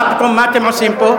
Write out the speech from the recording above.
מה אתם עושים פה?